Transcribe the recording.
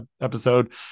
episode